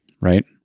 right